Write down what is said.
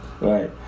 right